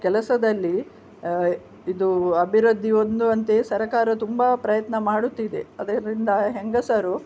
ಕೆಲಸದಲ್ಲಿ ಇದು ಅಭಿವೃದ್ಧಿ ಹೊಂದುವಂತೆ ಸರಕಾರ ತುಂಬಾ ಪ್ರಯತ್ನ ಮಾಡುತ್ತಿದೆ ಅದರಿಂದ ಹೆಂಗಸರು